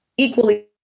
equally